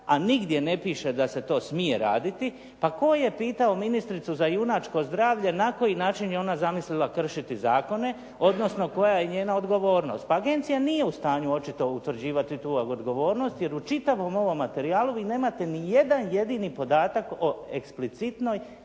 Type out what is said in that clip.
a nigdje ne piše da se to smije raditi, pa tko je pitao ministricu za junačko zdravlje na koji način je ona zamislila kršiti zakone, odnosno koja je njena odgovornost. Pa agencija nije u stanju očito utvrđivati tu odgovornost, jer u čitavom ovom materijalu vi nemate ni jedan jedini podatak o eksplicitnoj